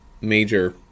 major